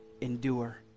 endure